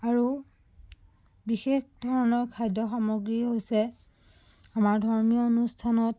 আৰু বিশেষ ধৰণৰ খাদ্য সামগ্ৰী হৈছে আমাৰ ধৰ্মীয় অনুষ্ঠানত